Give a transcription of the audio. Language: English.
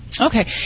Okay